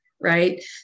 right